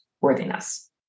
worthiness